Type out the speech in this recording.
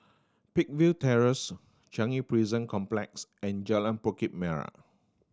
Peakville Terrace Changi Prison Complex and Jalan Bukit Merah